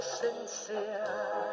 sincere